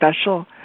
special